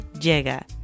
llega